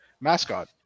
mascot